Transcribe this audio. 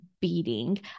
beating